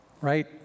Right